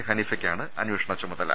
ഹനീഫക്കാണ് അന്വേഷണ ചുമത ല